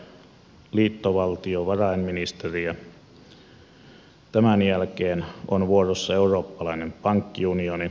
tämän jälkeen on vuorossa eurooppalainen pankkiunioni